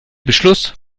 beschluss